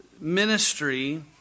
ministry